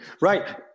Right